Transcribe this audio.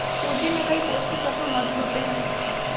सूजी में कई पौष्टिक तत्त्व मौजूद होते हैं